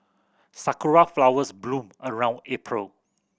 sakura flowers bloom around April